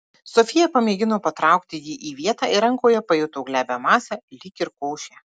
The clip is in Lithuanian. sofija pamėgino patraukti jį į vietą ir rankoje pajuto glebią masę lyg ir košę